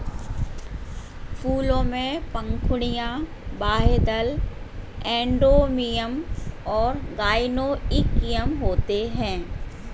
फूलों में पंखुड़ियाँ, बाह्यदल, एंड्रोमियम और गाइनोइकियम होते हैं